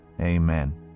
Amen